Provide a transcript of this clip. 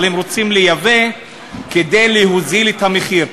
אבל הם רוצים לייבא כדי להוריד את המחיר.